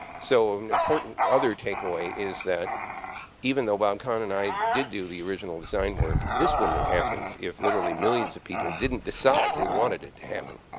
so an important other takeaway is even though bob kahn and i did do the original design work, this wouldn't have happened if, literally, millions of people didn't decide they wanted it to happen.